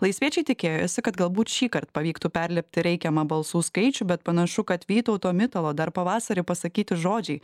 laisviečiai tikėjosi kad galbūt šįkart pavyktų perlipti reikiamą balsų skaičių bet panašu kad vytauto mitalo dar pavasarį pasakyti žodžiai